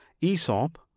Aesop